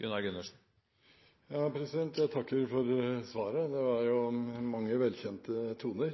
for svaret – det var mange velkjente toner.